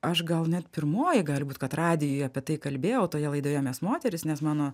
aš gal net pirmoji gali būt kad radijuje apie tai kalbėjau toje laidoje mes moterys nes mano